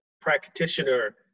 practitioner